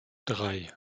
drei